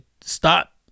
stop